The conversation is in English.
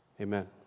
Amen